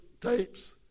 tapes